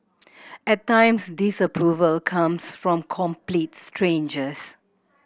at times disapproval comes from complete strangers